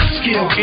skill